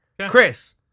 Chris